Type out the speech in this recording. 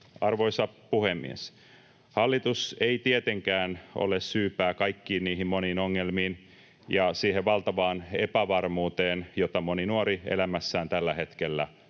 Arvoisa puhemies! Hallitus ei tietenkään ole syypää kaikkiin niihin moniin ongelmiin ja siihen valtavaan epävarmuuteen, jota moni nuori elämässään tällä hetkellä